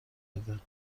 بده